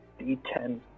D10